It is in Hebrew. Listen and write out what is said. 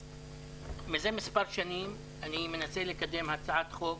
מזה מספר שנים אני מנסה לקדם הצעת חוק